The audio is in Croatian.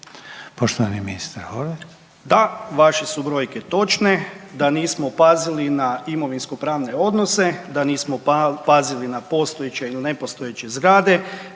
**Horvat, Darko (HDZ)** Da, vaše su brojke točne. Da nismo pazili na imovinsko-pravne odnose, da nismo pazili na postojeće ili nepostojeće zgrade,